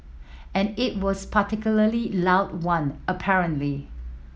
and it was particularly loud one apparently